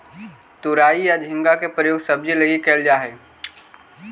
तुरई या झींगा के प्रयोग सब्जी लगी कैल जा हइ